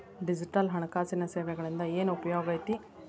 digital ಹಣಕಾಸಿನ ಸೇವೆಗಳಿಂದ ಏನ್ ಉಪಯೋಗೈತಿ